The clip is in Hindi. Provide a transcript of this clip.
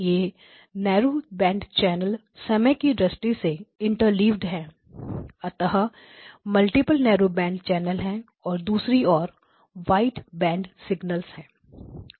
यह नेरो बैंड चैनल समय की दृष्टि से इंटरलीव्ड है अतः मल्टीपल नेरो बैंड चैनल है और दूसरी ओर वाइड बैंड सिग्नल है